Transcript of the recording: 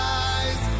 eyes